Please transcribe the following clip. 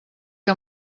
que